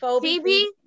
Phoebe